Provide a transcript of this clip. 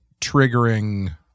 triggering